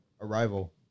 Arrival